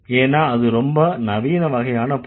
ஏன்னா அது ரொம்ப நவீன வகையான பொருள்